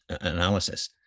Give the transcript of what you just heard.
analysis